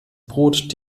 brot